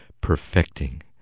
perfecting